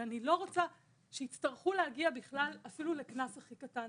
ואני לא רוצה שיצטרכו להגיע בכלל אפילו לקנס הכי קטן.